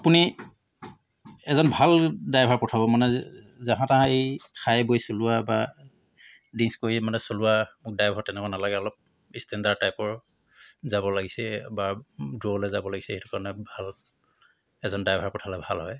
আপুনি এজন ভাল ড্ৰাইভাৰ পঠাব মানে যাহা তাহ এই খাই বৈ চলোৱা বা ড্ৰিংছ কৰি মানে চলোৱা মোক ড্ৰাইভাৰ তেনেকুৱা নালাগে অলপ ষ্টেণ্ডাৰ্ড টাইপৰ যাব লাগিছে বা দূৰলৈ যাব লাগিছে সেইটো কাৰণে ভাল এজন ড্ৰাইভাৰ পঠালে ভাল হয়